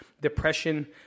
depression